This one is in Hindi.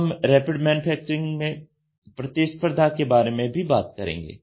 हम रैपिड मैन्युफैक्चरिंग में प्रतिस्पर्धा के बारे में भी बात करेंगे